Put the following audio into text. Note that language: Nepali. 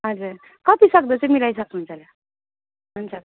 हजुर कति सक्दो चाहिँ मिलाइसक्नु हुन्छ होला हुन्छ